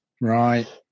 Right